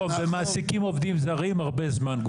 נכון, ומעסיקים עובדים זרים הרבה זמן.